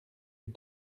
des